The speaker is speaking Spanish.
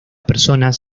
personas